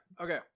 Okay